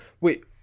Wait